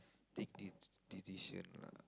take this decision lah